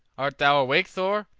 art thou awake, thor?